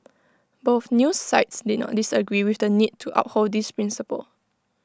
both news sites did not disagree with the need to uphold this principle